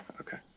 Okay